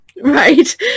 Right